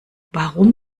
warum